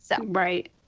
Right